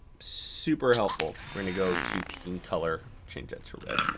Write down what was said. super helpful. we're gonna go to peaking color change that to red.